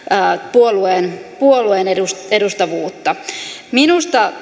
puolueen puolueen edustavuutta minusta